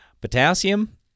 potassium